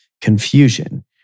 confusion